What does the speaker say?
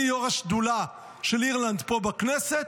אני יו"ר השדולה של אירלנד פה בכנסת,